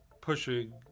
pushing